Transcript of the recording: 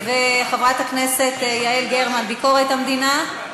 חברת הכנסת יעל גרמן, ביקורת המדינה.